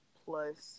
plus